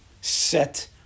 set